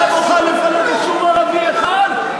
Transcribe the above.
אתה מוכן לפנות יישוב ערבי אחד,